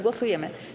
Głosujemy.